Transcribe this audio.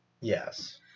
Yes